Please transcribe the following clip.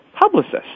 publicists